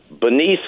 beneath